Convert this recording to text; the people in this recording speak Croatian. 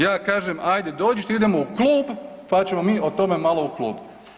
Ja kažem ajde dođite idemo u klub, pa ćemo mi o tome malo u klubu.